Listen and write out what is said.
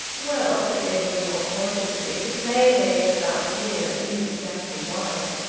well, said edwin, more cautiously, the clay they get about here isn't exactly white.